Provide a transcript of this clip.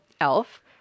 Elf